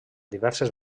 diverses